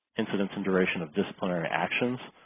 incidence and duration of disciplinary actions.